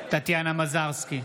טטיאנה מזרסקי,